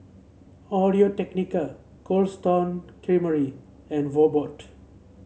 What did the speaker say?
Audio Technica Cold Stone Creamery and Mobot